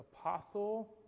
apostle